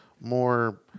more